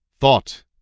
Thought